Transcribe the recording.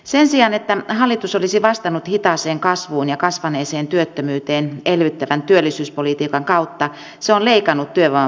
sen sijaan että hallitus olisi vastannut hitaaseen kasvuun ja kasvaneeseen työttömyyteen elvyttävän työllisyyspolitiikan kautta se on leikannut työvoimapolitiikan määrärahoja